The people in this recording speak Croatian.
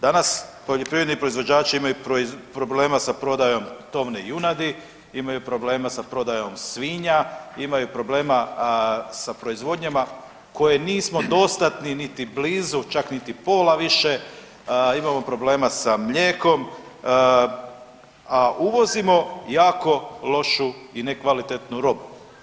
Danas poljoprivredni proizvođači imaju problema sa prodajom tovne junadi, imaju problema sa prodajom svinja, imaju problema sa proizvodnjama koje nismo dostatni niti blizu, čak niti pola više, imamo problema sa mlijekom, a uvozimo jako lošu i nekvalitetnu robu.